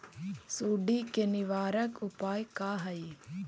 सुंडी के निवारक उपाय का हई?